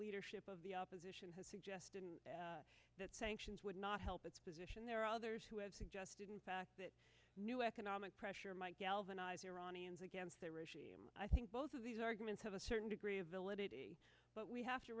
leadership of the opposition has suggested that sanctions would not help its position there are others who have suggested in fact that new economic pressure might galvanize iranians against the regime i think both of these arguments have a certain degree of elicit but we have to